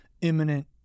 imminent